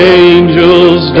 angels